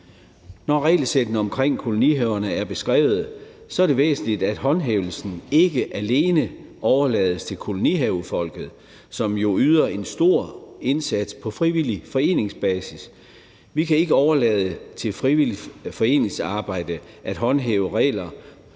Når regelsættene omkring kolonihaverne er beskrevet, er det væsentligt, at håndhævelsen ikke alene overlades til kolonihavefolket, som jo yder en stor indsats på frivillig foreningsbasis. Vi kan ikke overlade det til det frivillige foreningsarbejde at håndhæve regler,